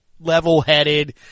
level-headed